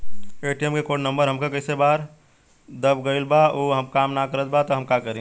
ATM क code number हमसे कई बार दब गईल बा अब उ काम ना करत बा हम का करी?